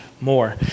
more